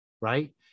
Right